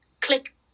click